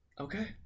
Okay